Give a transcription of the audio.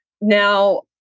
Now